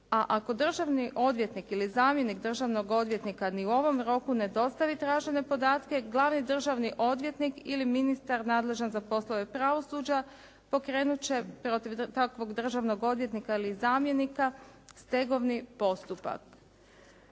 A ako državni odvjetnik ili zamjenik državnog odvjetnika ni u ovom roku ne dostavi tražene podatke, glavni državni odvjetnik ili ministar nadležan za poslove pravosuđa pokrenuti će protiv takvog državnog odvjetnika ili zamjenika stegovni postupak.